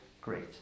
great